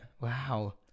Wow